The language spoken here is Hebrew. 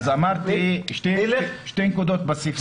אז אמרתי שתי נקודות בסעיף הזה.